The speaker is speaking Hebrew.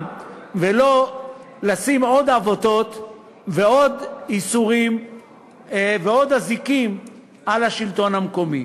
ולא לשים עוד עבותות ועוד ייסורים ועוד אזיקים על השלטון המקומי.